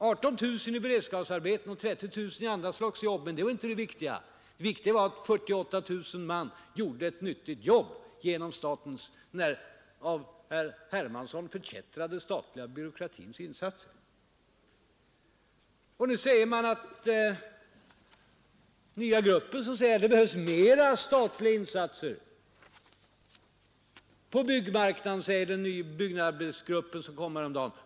18 000 arbetade i beredskapsarbeten och 30 000 i andra slags jobb, men det är inte det viktiga. Viktigt var att 48 000 man gjorde ett nyttigt jobb genom den av herr Hermansson förkättrade statliga byråkratins insatser. Det behövs mera av statliga insatser på byggmarknaden för att klara sysselsättningen för byggnadsarbetarna, sade den nya byggarbetsgruppen häromdagen.